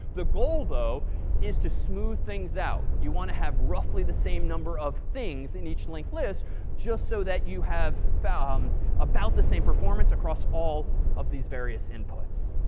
the goal though is to smooth things out. you want to have roughly the same number of things in each linked list just so that you have um about the same performance across all of these various inputs.